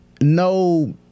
no